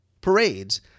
parades